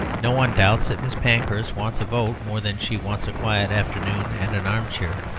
no one doubts that miss pankhurst wants a vote more than she wants a quiet afternoon and an armchair.